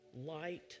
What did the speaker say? light